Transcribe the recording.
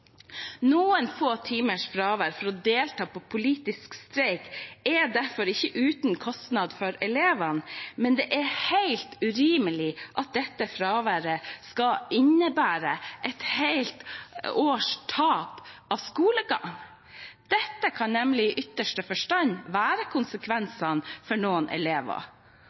Noen få timers fravær for å delta i en politisk streik er derfor ikke uten kostnad for elevene, men det er helt urimelig at dette fraværet skal innebære tap av et helt års skolegang. Dette kan nemlig i ytterste konsekvens være resultatet for noen elever.